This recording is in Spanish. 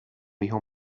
hijo